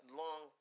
long